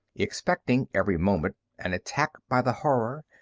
expecting every moment an attack by the horror,